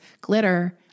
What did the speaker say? Glitter